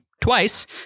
twice